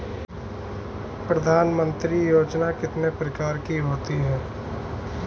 प्रधानमंत्री योजना कितने प्रकार की होती है?